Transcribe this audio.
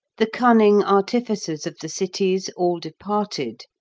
the cunning artificers of the cities all departed,